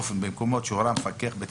באופן ובמקומות שהורה המפקח...".